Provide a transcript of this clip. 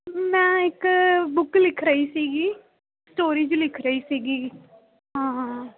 ਮੈਂ ਇੱਕ ਬੁੱਕ ਲਿਖ ਰਹੀ ਸੀਗੀ ਸਟੋਰੀ ਜਿਹੀ ਲਿਖ ਰਹੀ ਸੀਗੀ ਹਾਂ